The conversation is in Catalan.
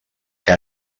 que